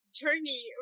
journey